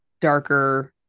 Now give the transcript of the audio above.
Darker